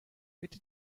bitte